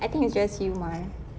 I think it's just you mar